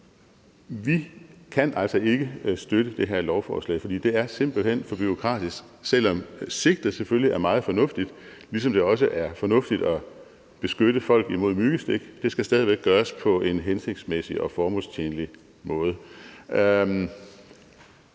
vi kan altså ikke støtte det her lovforslag. For det er simpelt hen for bureaukratisk, selv om sigtet selvfølgelig er meget fornuftigt, ligesom det også er fornuftigt at beskytte folk imod myggestik. Men det skal stadig væk gøres på en hensigtsmæssig og formålstjenlig måde.